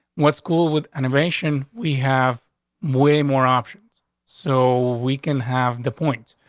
what school? with innovation, we have way more options so we can have the point.